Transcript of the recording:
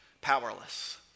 powerless